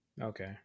Okay